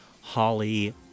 holly